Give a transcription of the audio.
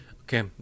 Okay